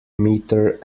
meter